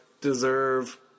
deserve